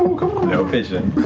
no pigeon.